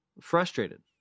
frustrated